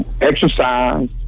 exercise